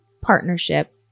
partnership